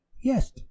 yes